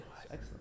Excellent